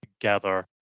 gather